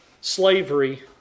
Slavery